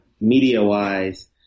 media-wise